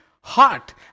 heart